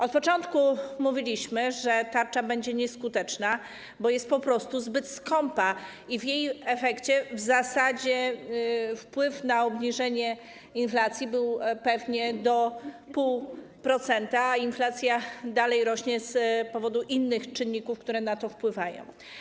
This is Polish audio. Od początku mówiliśmy, że tarcza będzie nieskuteczna, bo jest po prostu zbyt skąpa i w jej efekcie w zasadzie wpływ na obniżenie inflacji był pewnie do 0,5%, a inflacja dalej rośnie z powodu innych czynników, które na to wpływają.